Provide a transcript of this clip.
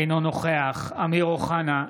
אינו נוכח אמיר אוחנה,